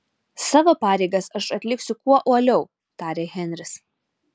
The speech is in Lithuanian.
savo pareigas aš atliksiu kuo uoliau tarė henris